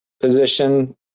position